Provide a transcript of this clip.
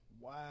Wow